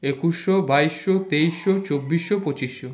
একুশশো বাইশশো তেইশশো চব্বিশশো পঁচিশশো